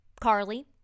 Carly